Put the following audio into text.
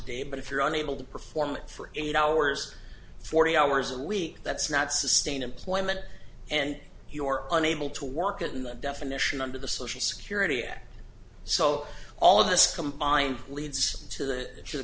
dave but if you're unable to perform for eight hours forty hours a week that's not sustain employment and your unable to work in the definition under the social security act so all of this combined leads to the